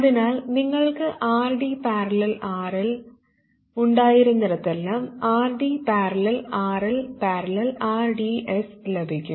അതിനാൽ നിങ്ങൾക്ക് RD || RL ഉണ്ടായിരുന്നിടത്തെല്ലാം RD || RL || rds ലഭിക്കും